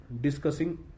discussing